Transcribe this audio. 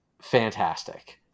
fantastic